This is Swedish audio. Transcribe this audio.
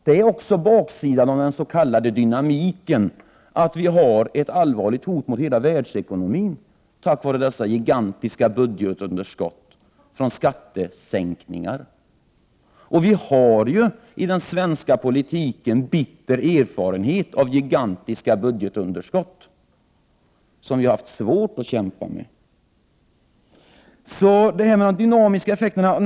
Det är baksidan av den s.k. dynamiken, att vi har ett allvarligt hot mot hela världsekonomin på grund av dessa gigantiska budgetunderskott som härrör från skattesänkningar. Vi har ju i den svenska politiken bitter erfarenhet av gigantiska budgetunderskott, som vi haft svårt att få ned och fått kämpa med.